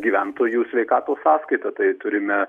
gyventojų sveikatos sąskaita tai turime